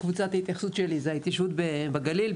קבוצת ההתייחסות שלי זה ההתיישבות בגליל,